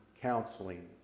counseling